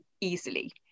easily